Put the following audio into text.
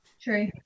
true